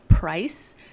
price